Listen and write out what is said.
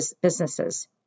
businesses